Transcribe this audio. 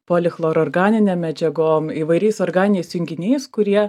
polichloro organinėm medžiagom įvairiais organiniais junginiais kurie